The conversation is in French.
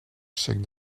chèque